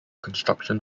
construction